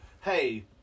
hey